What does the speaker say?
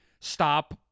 stop